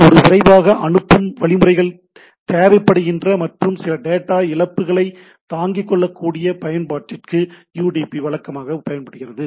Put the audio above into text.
ஒரு விரைவாக அனுப்பும் வழிமுறைகள் தேவைப்படுகின்ற மற்றும் சில டேட்டா இழப்புகளை தாங்கிக்கொள்ளக் கூடிய பயன்பாட்டிற்கு யுடிபி வழக்கமாக பயன்படுகிறது